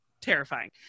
terrifying